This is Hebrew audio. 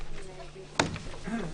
הישיבה ננעלה בשעה 17:25.